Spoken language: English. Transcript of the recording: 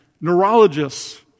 Neurologists